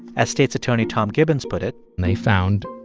as state's attorney tom gibbons put it. they found,